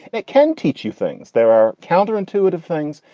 it can teach you things. there are counterintuitive things.